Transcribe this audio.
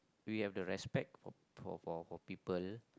we have the respect for for for people